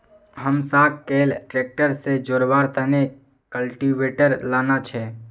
हमसाक कैल ट्रैक्टर से जोड़वार तने कल्टीवेटर लाना छे